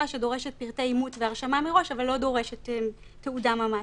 שדורשת פרטי אימות והרשמה מראש אבל לא דורשת תעודה ממש.